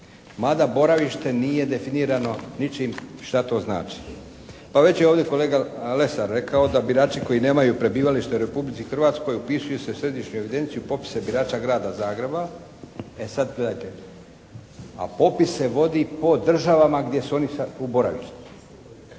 mada boravište nije definirano ničim šta to znači. Pa već je ovdje kolega … rekao da birači koji nemaju prebivalište u Republici Hrvatskoj upisuju se u središnju evidenciju popisa birača Grada Zagreba, e sada gledajte a popis se vodi po državama gdje su oni sada u boravištu.